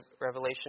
revelation